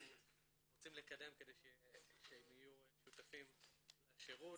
רוצים לקדם כדי שהם יהיו שותפים לשירות.